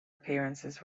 appearances